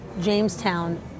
Jamestown